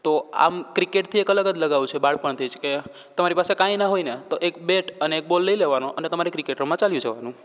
તો આમ ક્રિકેટથી એક અલગ જ લગાવ છે બાળપણથી જ કે તમારી પાસે કાંઈ ના હોય તો એક બેટ અને એક બોલ લઈ લેવાનો અને તમારે ક્રિકેટ રમવા ચાલ્યું જવાનું